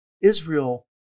Israel